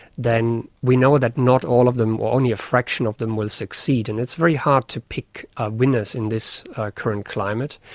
then we know that not all of them or only a fraction of them will succeed. and it's very hard to pick ah winners in this current climate.